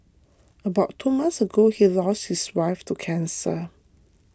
about two months ago he lost his wife to cancer